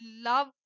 love